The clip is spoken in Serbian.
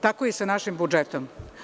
Tako je i sa našim budžetom.